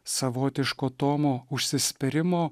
savotiško tomo užsispyrimo